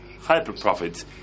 hyper-profits